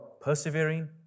persevering